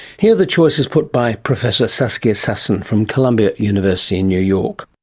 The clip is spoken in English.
here are the choice is put by professor saskia sassen from columbia university in new york.